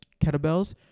kettlebells